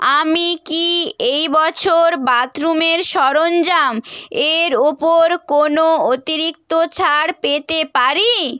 আমি কি এই বছর বাথরুমের সরঞ্জাম এর ওপর কোনো অতিরিক্ত ছাড় পেতে পারি